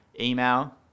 Email